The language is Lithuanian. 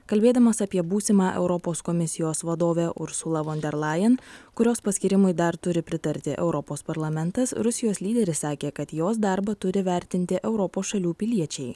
kalbėdamas apie būsimą europos komisijos vadovę ursulą von derlajen kurios paskyrimui dar turi pritarti europos parlamentas rusijos lyderis sakė kad jos darbą turi vertinti europos šalių piliečiai